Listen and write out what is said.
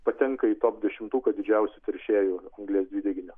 patenka į top dešimtuką didžiausių teršėjų anglies dvideginio